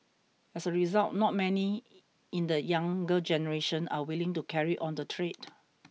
as a result not many in the younger generation are willing to carry on the trade